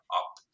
up